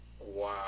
Wow